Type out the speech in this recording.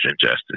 justice